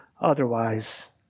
otherwise